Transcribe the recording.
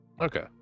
Okay